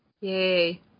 Yay